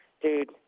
dude